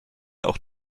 auch